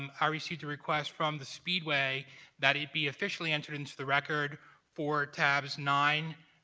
um i received a request from the speedway that it be officially entered into the record for tabs nine,